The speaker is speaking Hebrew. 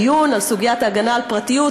דיון על סוגיית ההגנה על פרטיות.